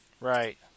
Right